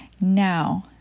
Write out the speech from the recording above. Now